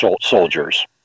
soldiers